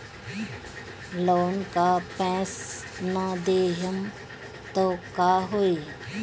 Loan का पैस न देहम त का होई?